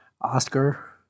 Oscar